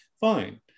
fine